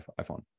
iPhone